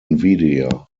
nvidia